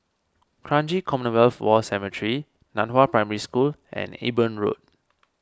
Kranji Commonwealth War Cemetery Nan Hua Primary School and Eben Road